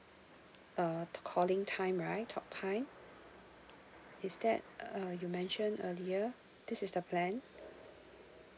uh calling time right talk time is that uh you mention earlier this is the plan